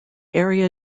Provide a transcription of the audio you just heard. area